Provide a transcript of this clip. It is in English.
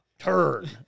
Turn